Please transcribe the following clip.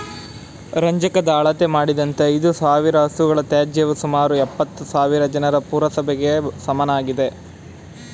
ರಂಜಕದ ಅಳತೆ ಮಾಡಿದಂತೆ ಐದುಸಾವಿರ ಹಸುಗಳ ತ್ಯಾಜ್ಯವು ಸುಮಾರು ಎಪ್ಪತ್ತುಸಾವಿರ ಜನರ ಪುರಸಭೆಗೆ ಸಮನಾಗಿದೆ